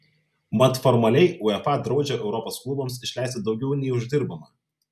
mat formaliai uefa draudžia europos klubams išleisti daugiau nei uždirbama